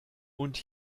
und